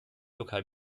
türkei